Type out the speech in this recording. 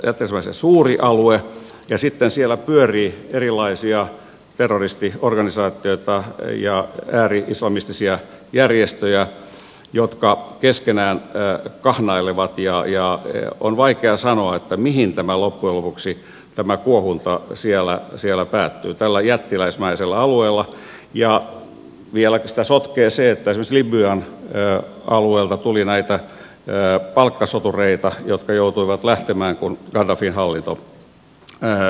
se on ensinnäkin jättiläismäisen suuri alue ja sitten siellä pyörii erilaisia terroristiorganisaatioita ja ääri islamistisia järjestöjä jotka keskenään kahnailevat ja on vaikea sanoa mihin loppujen lopuksi tämä kuohunta päättyy tällä jättiläismäisellä alueella kun sitä vielä sotkee se että esimerkiksi libyan alueelta tuli näitä palkkasotureita jotka joutuivat lähtemään kun gaddafin hallinto sortui